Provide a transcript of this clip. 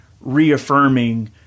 reaffirming